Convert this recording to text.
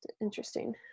Interesting